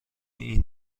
این